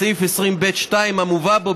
בסעיף 20(ב)(2) המובא בו,